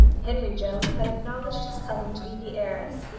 henry jones had acknowledged his cousin to be the heiress,